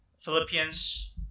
Philippians